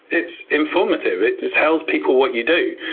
it's informative. it just tells people what you do.